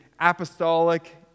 apostolic